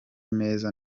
meza